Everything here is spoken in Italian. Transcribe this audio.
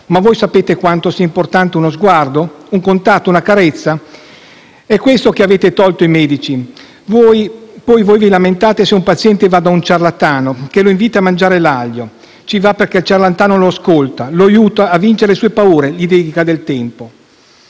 ma voi sapete quanto sia importante uno sguardo, un contatto, una carezza? È questo che avete tolto ai medici, poi vi lamentate se un paziente va da un ciarlatano che lo invita a mangiare l'aglio. Ci va perché il ciarlatano lo ascolta, lo aiuta a vincere le sue paure, gli dedica del tempo.